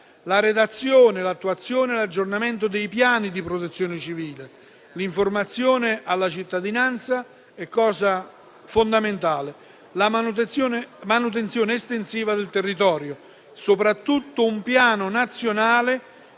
la redazione, l'attuazione e l'aggiornamento dei piani di Protezione civile; l'informazione alla cittadinanza e - cosa fondamentale - la manutenzione estensiva del territorio; soprattutto, un piano nazionale